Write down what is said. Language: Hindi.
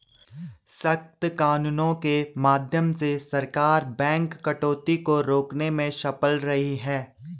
सख्त कानूनों के माध्यम से सरकार बैंक डकैती को रोकने में सफल रही है